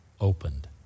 opened